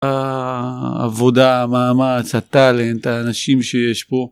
העבודה, המאמץ, הטאלנט, האנשים שיש פה.